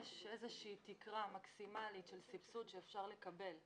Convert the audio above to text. יש איזושהי תקרה מקסימלית של סבסוד שאפשר לקבל.